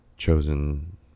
chosen